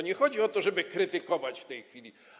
Nie chodzi o to, żeby krytykować w tej chwili.